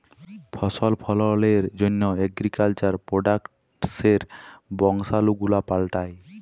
ফসল ফললের জন্হ এগ্রিকালচার প্রডাক্টসের বংশালু গুলা পাল্টাই